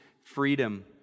freedom